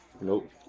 Nope